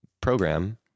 program